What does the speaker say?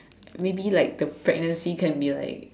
maybe like the pregnancy can be like